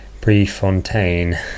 Prefontaine